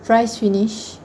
fries finish